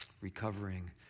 recovering